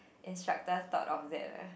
instructor thought of that eh